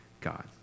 God